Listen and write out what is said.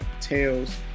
Tails